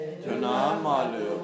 tunamalu